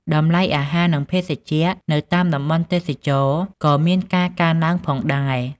តម្លៃអាហារនឹងភេសជ្ជៈនៅតាមតំបន់ទេសចរណ៍ក៏មានការកើនឡើងផងដែរ។